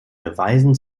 beweisen